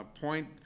point